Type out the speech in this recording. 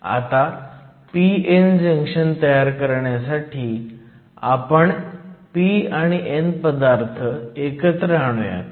आता p n junction तयार करण्यासाठी आपण p आणि n पदार्थ एकत्र आणूयात